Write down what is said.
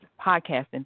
podcasting